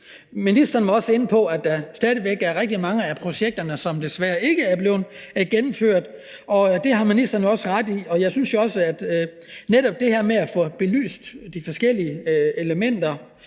Ministeren var også inde på, at der stadig væk er rigtig mange af projekterne, som desværre ikke er blevet gennemført, og det har ministeren jo ret i. Jeg synes jo også, at netop det her med at få belyst de forskellige elementer,